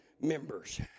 members